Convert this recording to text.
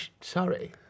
Sorry